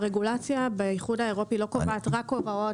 הרגולציה באיחוד האירופי לא קובעת רק הוראות